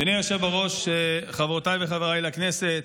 אדוני היושב בראש, חברותיי וחבריי לכנסת,